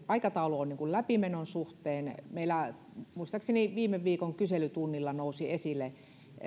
aikataulu läpimenon suhteen meillä muistaakseni viime viikon kyselytunnilla nousi esille